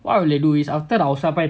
what they would do is after our outside part